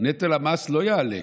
נטל המס לא יעלה,